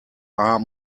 are